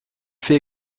fais